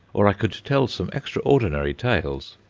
or i could tell some extraordinary tales.